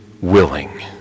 willing